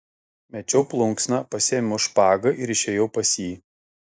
mečiau plunksną pasiėmiau špagą ir išėjau pas jį